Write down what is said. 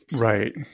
Right